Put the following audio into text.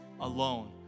alone